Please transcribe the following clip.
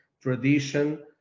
tradition